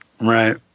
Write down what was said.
Right